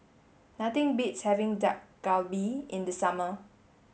nothing beats having Dak Galbi in the summer